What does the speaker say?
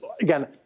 again